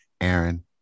Aaron